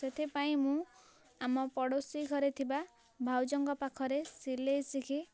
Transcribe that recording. ସେଥିପାଇଁ ମୁଁ ଆମ ପଡ଼ୋଶୀ ଘରେ ଥିବା ଭାଉଜଙ୍କ ପାଖରେ ସିଲାଇ ଶିଖି